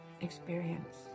experience